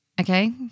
Okay